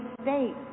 state